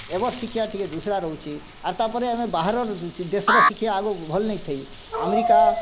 ଏବର୍ ଶିକ୍ଷା ଟିକିଏ ଦୁଶୁରା ରହୁଛି ଆର୍ ତା'ପରେ ଆମେ ବାହାରର ଦେଶର ଶିକ୍ଷା ଆମକୁ ଭଲ୍ ନେଇ ଥେଇ ଆମେରିକା